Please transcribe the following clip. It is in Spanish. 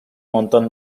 montón